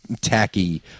tacky